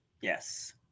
Yes